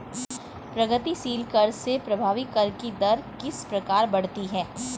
प्रगतिशील कर से प्रभावी कर की दर किस प्रकार बढ़ती है?